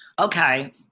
okay